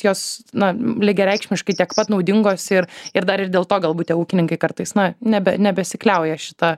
jos na lygiareikšmiškai tiek pat naudingos ir ir dar ir dėl to galbūt tie ūkininkai kartais na nebe nebesikliauja šita